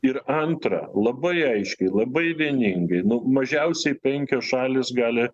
ir antra labai aiškiai labai vieningai nu mažiausiai penkios šalys gali